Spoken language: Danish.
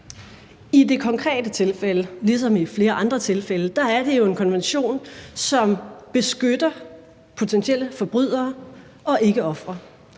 I det konkrete tilfælde, ligesom i flere andre tilfælde, er det jo en konvention, som beskytter potentielle forbrydere og ikke ofre,